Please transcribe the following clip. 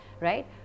right